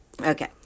Okay